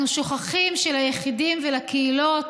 אנחנו שוכחים שליחידים ולקהילות